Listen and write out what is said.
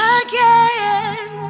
again